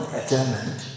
attainment